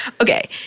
Okay